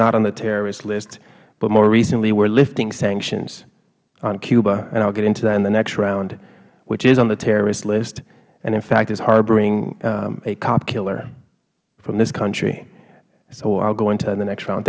not on the terrorist list but more recently we are lifting sanctions on cuba and i will get into that in the next round which is on the terrorist list and in fact is harboring a cop killer from this country so i will go into that in the next round